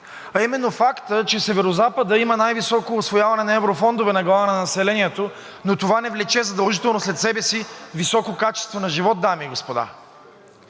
а именно фактът, че Северозападът има най-високо усвояване на еврофондове на глава от населението, но това не влече задължително след себе си високо качество на живот, дами и господа.